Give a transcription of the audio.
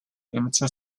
into